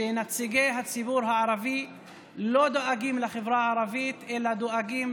שנציגי הציבור הערבי לא דואגים לחברה הערבית אלא דואגים